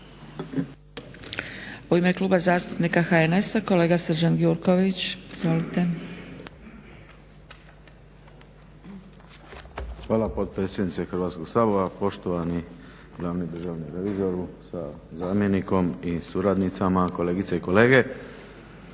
U ime Kluba zastupnika HNS-a kolega Srđan Gjruković. Izvolite. **Gjurković, Srđan (HNS)** Hvala potpredsjednice Hrvatsko sabora. Poštovani glavni državni revizoru sa zamjenikom i suradnicama, kolegice i kolege.